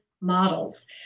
models